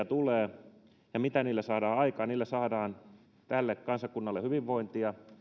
tulee saadaan aikaan tälle kansakunnalle hyvinvointia